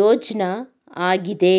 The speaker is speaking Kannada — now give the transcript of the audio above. ಯೋಜ್ನ ಆಗಿದೆ